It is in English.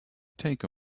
take